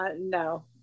No